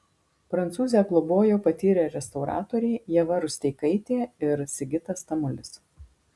prancūzę globojo patyrę restauratoriai ieva rusteikaitė ir sigitas tamulis